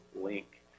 Link